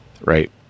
right